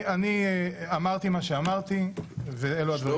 על סדר